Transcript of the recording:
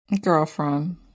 Girlfriend